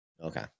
Okay